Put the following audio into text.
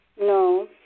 No